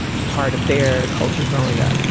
part of their culture growing up right.